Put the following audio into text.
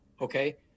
Okay